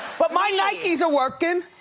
but my nike's are working.